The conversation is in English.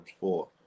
four